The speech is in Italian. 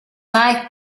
mike